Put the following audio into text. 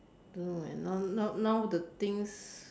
don't know eh now now now the things